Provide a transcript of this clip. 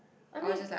I mean